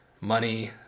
money